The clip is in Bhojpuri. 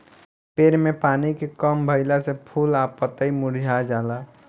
पेड़ में पानी के कम भईला से फूल आ पतई मुरझा जाला